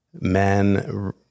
men-